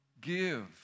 Give